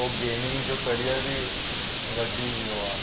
पोइ गेमिंग जो करियर बि वधी वियो आहे